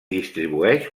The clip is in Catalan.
distribueix